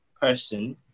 person